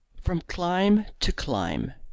from clime to clime